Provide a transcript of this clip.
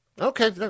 Okay